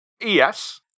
Yes